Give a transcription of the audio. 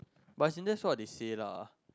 but as in that's what they say lah